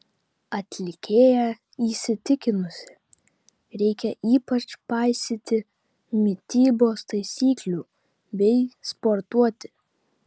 atlikėja įsitikinusi reikia ypač paisyti mitybos taisyklių bei sportuoti